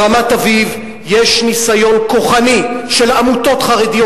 ברמת-אביב יש ניסיון כוחני של עמותות חרדיות,